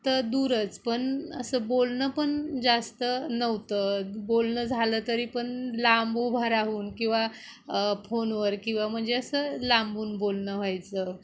तर दूरच पण असं बोलणं पण जास्त नव्हतं बोलणं झालं तरी पण लांब उभा राहून किंवा फोनवर किंवा म्हणजे असं लांबून बोलणं व्हायचं